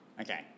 Okay